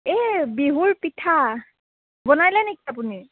এই বিহুৰ পিঠা বনালে নেকি আপুনি